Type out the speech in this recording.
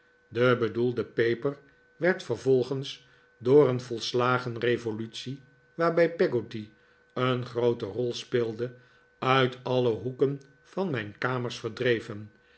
de bedoelde peper werd vervolgens door een volslagen revolutie waarbij peggotty een groote rol speelde uit alle hoeken van mijn kamers verdreven